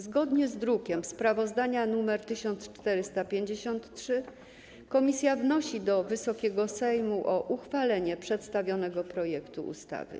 Zgodnie ze sprawozdaniem z druku nr 1453 komisja wnosi do Wysokiego Sejmu o uchwalenie przedstawionego projektu ustawy.